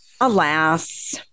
alas